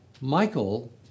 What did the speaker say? Michael